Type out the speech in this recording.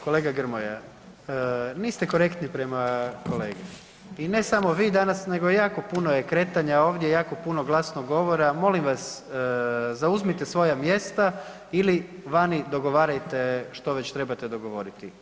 Kolega Grmoja, niste korektni prema kolegi i ne samo vi danas nego jako puno je kretanja ovdje, jako puno glasnog govora, molim vas, zauzmite svoja mjesta ili vani dogovarajte što već trebate dogovoriti.